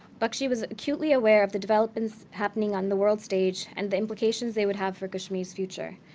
bakshi was acutely aware of the developments happening on the world stage, and the implications they would have for kashmir's future.